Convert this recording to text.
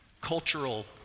cultural